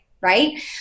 right